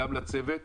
לצוות המשרד,